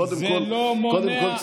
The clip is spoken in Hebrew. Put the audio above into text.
קודם כול,